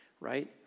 right